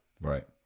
right